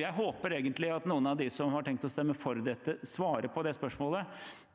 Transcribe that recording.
Jeg håper egentlig at noen av dem som har tenkt til å stemme for dette, svarer på disse spørsmålene.